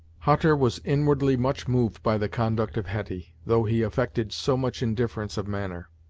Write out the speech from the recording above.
hutter was inwardly much moved by the conduct of hetty, though he affected so much indifference of manner.